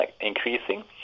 increasing